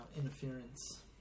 interference